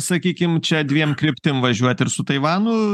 sakykim čia dviem kryptim važiuot ir su taivanu